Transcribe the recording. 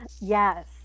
Yes